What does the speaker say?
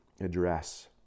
address